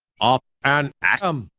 up and atom!